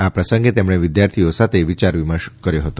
આ પ્રસંગે તેમણે વિદ્યાર્થીઓ સાથે વિચારવિમર્શ કર્યો હતો